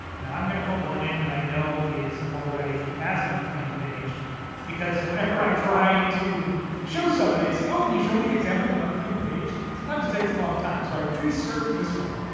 now i'm gonna put one in that i know is already has an unclaimed page because whenever i try to show somebody, oh, can you show me an example of an unclaimed page, sometimes it takes a long time. so i pre-searched this one.